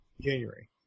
January